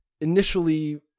initially